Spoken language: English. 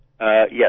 Yes